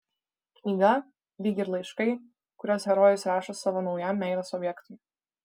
knyga lyg ir laiškai kuriuos herojus rašo savo naujam meilės objektui